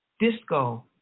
Disco